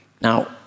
Now